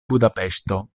budapeŝto